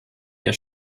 der